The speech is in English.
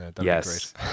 Yes